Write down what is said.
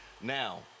Now